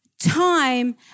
time